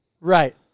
Right